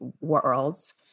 worlds